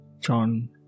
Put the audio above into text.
John